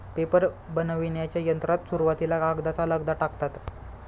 paper बनविण्याच्या यंत्रात सुरुवातीला कागदाचा लगदा टाकतात